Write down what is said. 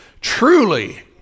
truly